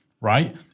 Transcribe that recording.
right